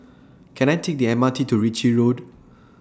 Can I Take The M R T to Ritchie Road